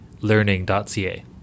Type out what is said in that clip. learning.ca